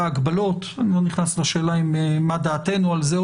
ההגבלות אני לא נכנס לשאלה מה דעתנו על זה,